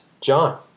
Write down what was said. John